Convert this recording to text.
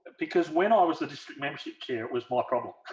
because when i was the district medic here it was my problem